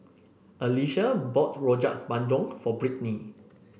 Alysia bought Rojak Bandung for Brittney